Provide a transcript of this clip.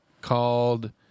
called